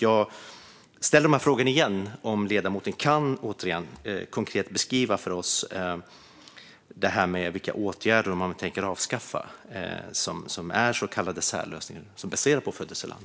Jag frågar igen om ledamoten kan beskriva konkret för oss vilka åtgärder man tänker avskaffa som är så kallade särlösningar baserade på födelseland.